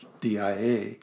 DIA